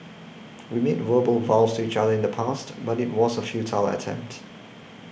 we made verbal vows to each other in the past but it was a futile attempt